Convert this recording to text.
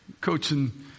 coaching